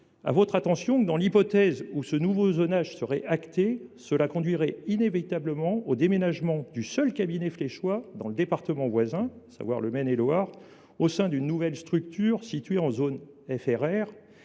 à votre attention ce fait : dans l’hypothèse où ce nouveau zonage serait acté, il conduirait inévitablement au déménagement du seul cabinet fléchois dans le département voisin de Maine et Loire, au sein d’une nouvelle structure située en zone